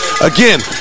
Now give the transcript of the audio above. again